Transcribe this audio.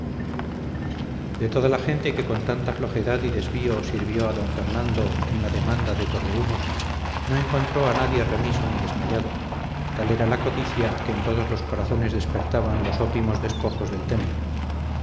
de toda la gente que con tanta flojedad y desvío sirvió a don fernando en la demanda de tordehumos no encontró a nadie remiso ni desmayado tal era la codicia que en todos los corazones despertaban los opimos despojos del temple